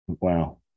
wow